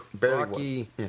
Rocky